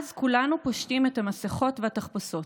כולנו פושטים את המסכות והתחפושות.